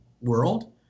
world